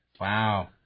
Wow